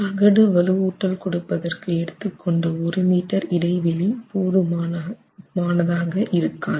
அகடு வலுவூட்டல் கொடுப்பதற்கு எடுத்துக் கொண்ட 1 மீட்டர் இடைவெளி போதுமானதாக இருக்காது